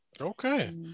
okay